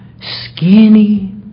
skinny